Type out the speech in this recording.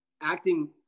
acting